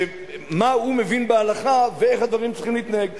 מה הוא מבין בהלכה ואיך הדברים צריכים להתנהל.